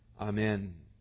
Amen